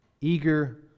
Eager